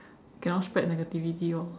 cannot spread negativity lor